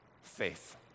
faith